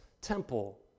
temple